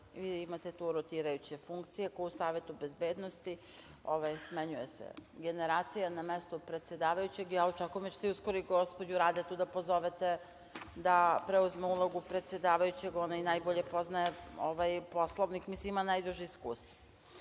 imate tu rotirajuće funkcije, kao u Savetu bezbednosti, ovaj smenjuje se generacija na mestu predsedavajućeg, ja očekujem da ćete vi uskoro gore gospođu Radetu da pozovete da preuzme ulogu predsedavajućeg, ona i najbolje poznaje ovaj Poslovnik, mislim ima najduže iskustvo. Bili